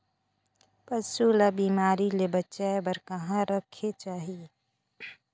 पशु ला बिमारी ले बचाय बार कहा रखे चाही?